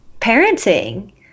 parenting